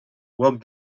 walk